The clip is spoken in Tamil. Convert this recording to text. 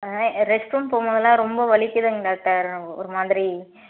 ஆ ரெஸ்ட் ரூம் போம் போதெல்லாம் ரொம்ப வலிக்கிதுங்க டாக்டர் ஒரு மாதிரி